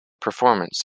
performance